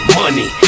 money